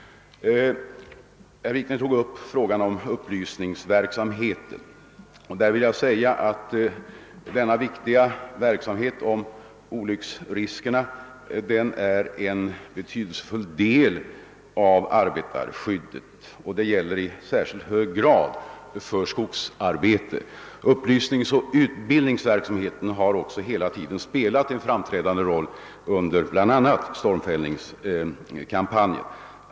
Herr Wikner tog upp frågan om upplysningsverksamheten. Denna viktiga verksamhet för att minska olycksriskerna är en betydelsefull del av arbetarskyddet, och det gäller i särskilt hög grad för skogsarbetet. Upplysningsoch utbildningsverksamheten har också hela tiden spelat en framträdande roll under bl.a. stormfällningskampanjen.